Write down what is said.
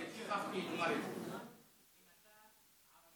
שכחתי לומר את זה: אם אתה ערבי,